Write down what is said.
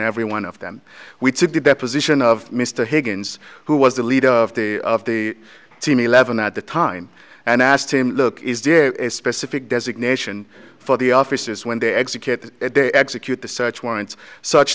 every one of them we took the deposition of mr higgins who was the leader of the of the team eleven at the time and i asked him look is the specific designation for the officers when they execute execute the search warrants such